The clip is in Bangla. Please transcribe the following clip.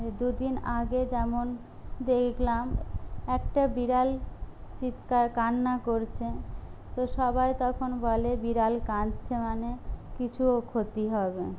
দুদিন আগে যেমন দেখলাম একটা বিড়াল চিৎকার কান্না করছে তো সবাই তখন বলে বিড়াল কাঁদছে মানে কিছু ও ক্ষতি হবে